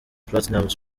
platnumz